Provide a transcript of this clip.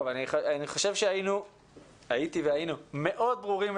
אני חושב שבתחילת הישיבה הייתי והיינו מאוד ברורים.